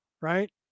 right